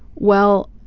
well